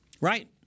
Right